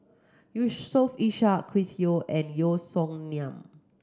Yusof Ishak Chris Yeo and Yeo Song Nian